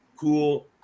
cool